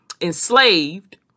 enslaved